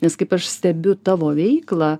nes kaip aš stebiu tavo veiklą